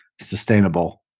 sustainable